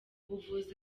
ubuvuzi